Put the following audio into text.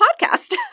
podcast